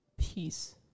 peace